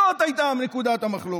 זאת הייתה נקודת המחלוקת.